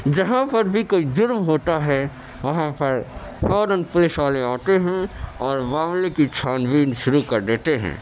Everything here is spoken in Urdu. جہاں پر بھی کوئی جرم ہوتا ہے وہاں پر فوراً پولیس والے آتے ہیں اور معاملے کی چھان بین شروع کر دیتے ہیں